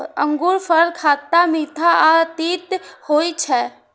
अंगूरफल खट्टा, मीठ आ तीत होइ छै